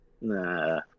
nah